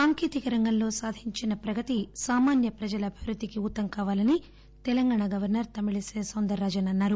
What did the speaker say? సాంకేతిక రంగంలో సాధించిన ప్రగతి సామాన్య ప్రజల అభివృద్దికి ఉతం కావాలని తెలంగాణ గవర్నర్ తమిళిసై సౌందర్ రాజన్ అన్నారు